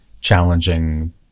challenging